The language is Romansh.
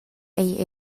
egl